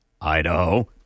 Idaho